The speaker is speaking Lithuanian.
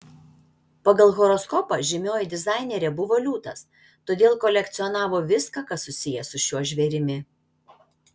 pagal horoskopą žymioji dizainerė buvo liūtas todėl kolekcionavo viską kas susiję su šiuo žvėrimi